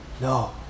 No